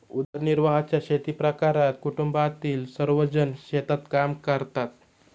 उदरनिर्वाहाच्या शेतीप्रकारात कुटुंबातील सर्वजण शेतात काम करतात